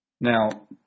Now